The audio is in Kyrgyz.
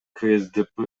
ксдп